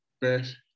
best